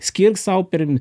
skirk sau pern